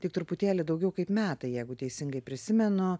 tik truputėlį daugiau kaip metai jeigu teisingai prisimenu